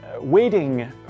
waiting